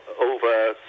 over